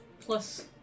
plus